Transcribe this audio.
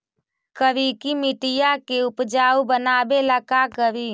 करिकी मिट्टियां के उपजाऊ बनावे ला का करी?